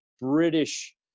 British